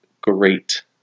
great